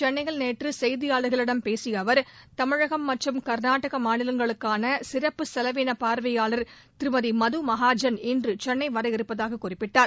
சென்னையில் நேற்று செய்தியாளர்களிடம் பேசிய அவர் தமிழகம் மற்றும் கர்நாடக மாநிலங்களுக்கான சிறப்பு செலவின பார்வையாளர் திருமதி மது மகாஜன் இன்று சென்னை வர இருப்பதாக குறிப்பிட்டார்